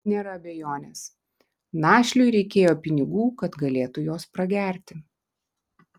nėra abejonės našliui reikėjo pinigų kad galėtų juos pragerti